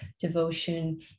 devotion